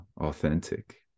authentic